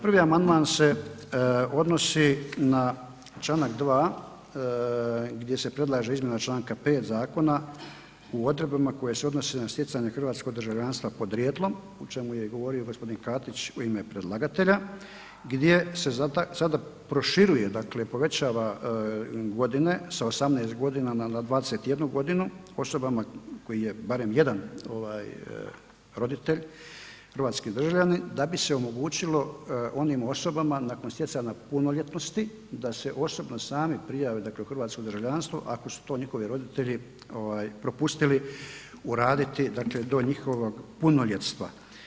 Prvi amandman se odnosi na Članak 2. gdje se predlaže izmjena Članak 5. zakona u odredbama koje se odnose na stjecanje hrvatskog državljanstva podrijetlom, o čemu je i govorio gospodin Katić u ime predlagatelja, gdje se sada proširuje dakle povećavaju godine sa 18 godina na 21 godinu osobama koji je barem jedan ovaj roditelj hrvatski državljanin da bi se omogućilo onim osobama nakon stjecanja punoljetnosti da se osobno sami prijave dakle u hrvatsko državljanstvo ako su to njihovi roditelji propustili uraditi dakle do njihovog punoljetstva.